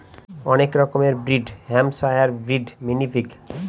অনেক রকমের breed Hampshire breed, mini pig